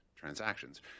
transactions